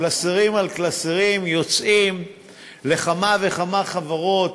קלסרים על קלסרים יוצאים לכמה וכמה חברות,